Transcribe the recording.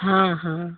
हाँ हाँ